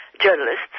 journalists